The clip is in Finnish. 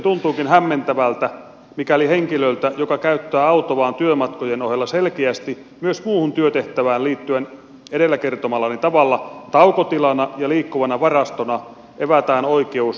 tuntuukin hämmentävältä mikäli henkilöltä joka käyttää autoaan työmatkojen ohella selkeästi myös muuhun työtehtävään liittyen edellä kertomallani tavalla taukotilana ja liikkuvana varastona evätään oikeus verottomaan kilometrikorvaukseen